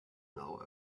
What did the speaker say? now